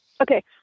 Okay